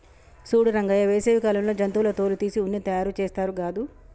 సూడు రంగయ్య వేసవి కాలంలో జంతువుల తోలు తీసి ఉన్ని తయారుచేస్తారు గాదు